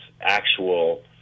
actual